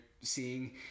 seeing